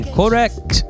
correct